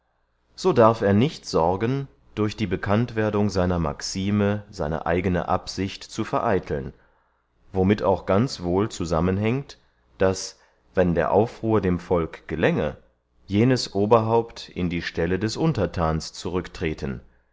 so darf er nicht sorgen durch die bekanntwerdung seiner maxime seine eigene absicht zu vereiteln womit auch ganz wohl zusammenhängt daß wenn der aufruhr dem volk gelänge jenes oberhaupt in die stelle des unterthans zurücktreten